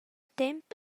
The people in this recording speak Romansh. temp